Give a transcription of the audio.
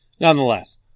Nonetheless